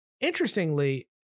Interestingly